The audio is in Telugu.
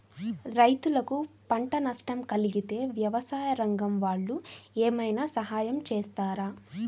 రైతులకు పంట నష్టం కలిగితే వ్యవసాయ రంగం వాళ్ళు ఏమైనా సహాయం చేస్తారా?